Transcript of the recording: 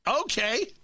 okay